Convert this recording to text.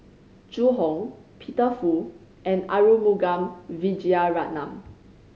Zhu Hong Peter Fu and Arumugam Vijiaratnam